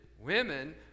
women